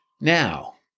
Now